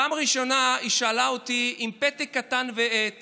בפעם הראשונה היא שאלה אותי עם פתק קטן ועט